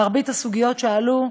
מרבית הסוגיות שעלו,